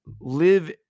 live